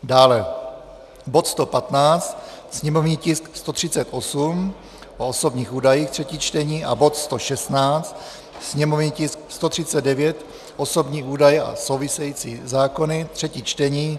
Dále bod 115, sněmovní tisk 138, o osobních údajích, 3. čtení, a bod 116, sněmovní tisk 139, osobní údaje a související zákony, 3. čtení.